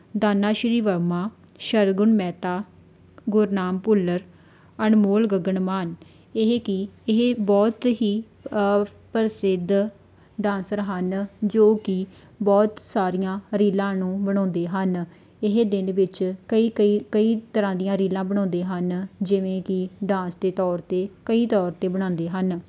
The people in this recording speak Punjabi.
ਦਾਨਾ ਸ਼੍ਰੀ ਵਰਮਾ ਸਰਗੁਣ ਮਹਿਤਾ ਗੁਰਨਾਮ ਭੁੱਲਰ ਅਨਮੋਲ ਗਗਨਮਾਨ ਇਹ ਕਿ ਇਹ ਬਹੁਤ ਹੀ ਪ੍ਰਸਿੱਧ ਡਾਂਸਰ ਹਨ ਜੋ ਕਿ ਬਹੁਤ ਸਾਰੀਆਂ ਰੀਲਾਂ ਨੂੰ ਬਣਾਉਂਦੇ ਹਨ ਇਹ ਦਿਨ ਵਿੱਚ ਕਈ ਕਈ ਕਈ ਤਰ੍ਹਾਂ ਦੀਆਂ ਰੀਲਾਂ ਬਣਾਉਂਦੇ ਹਨ ਜਿਵੇਂ ਕਿ ਡਾਂਸ ਦੇ ਤੌਰ 'ਤੇ ਕਈ ਤੌਰ 'ਤੇ ਬਣਾਉਂਦੇ ਹਨ